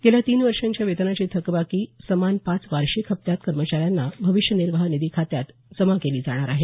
गेल्या तीन वर्षाच्या वेतनाची थकबाकी समान पाच वार्षिक हप्त्यात कर्मचाऱ्यांच्या भविष्य निर्वाह निधी खात्यात जमा केली जाणार आहे